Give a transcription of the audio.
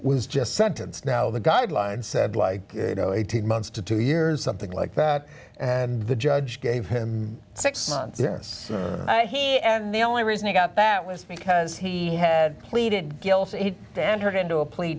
was just sentenced now the guidelines said like you know eighteen months to two years something like that and the judge gave him six months yes and the only reason he got that was because he had pleaded guilty to enter into a pl